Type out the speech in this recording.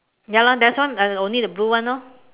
ya lor that's why only the blue one lor